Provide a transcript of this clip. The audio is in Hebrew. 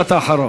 אדוני, זמנך תם.